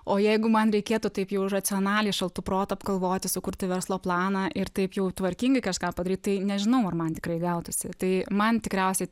o jeigu man reikėtų taip jau racionaliai šaltu protu apgalvoti sukurti verslo planą ir taip jau tvarkingai kažką padaryt tai nežinau ar man tikrai gautųsi tai man tikriausiai